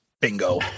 Bingo